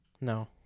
No